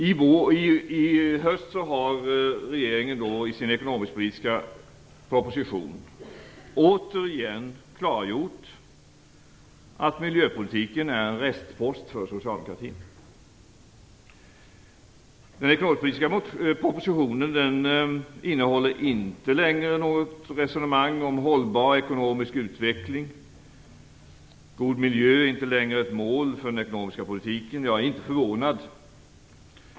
I höst har regeringen i sin ekonomisk-politiska proposition återigen klargjort att miljöpolitiken är en restpost för socialdemokratin. Den ekonomiskpolitiska propositionen innehåller inte längre något resonemang om hållbar ekonomisk utveckling och god miljö och inte längre någonting om målet för den ekonomiska politiken. Jag är inte förvånad.